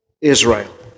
Israel